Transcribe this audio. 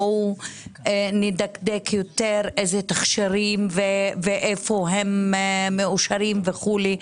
בואו נדקדק יותר איזה תכשירים ואיפה הם מאושרים וכולי,